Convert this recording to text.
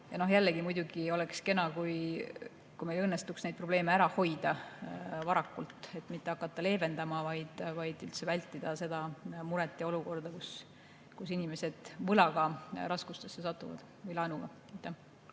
Jällegi, muidugi oleks kena, kui meil õnnestuks neid probleeme varakult ära hoida, mitte hakata leevendama, vaid üldse vältida seda muret ja olukorda, kus inimesed laenuga raskustesse satuvad.